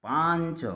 ପାଞ୍ଚ